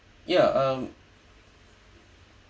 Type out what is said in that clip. ya um